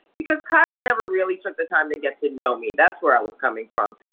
because kyle never really took the time to get to know me, that's where i was coming from.